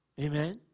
Amen